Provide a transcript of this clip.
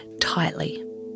tightly